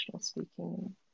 speaking